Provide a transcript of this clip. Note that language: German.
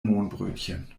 mohnbrötchen